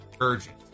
urgent